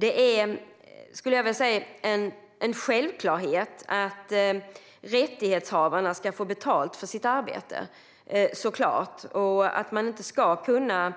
Det är en självklarhet att rättighetshavarna ska få betalt för sitt arbete. Man ska inte kunna